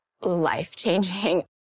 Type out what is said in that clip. life-changing